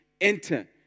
Enter